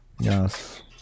Yes